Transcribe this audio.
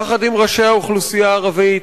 יחד עם ראשי האוכלוסייה הערבית.